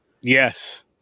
Yes